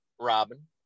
Robin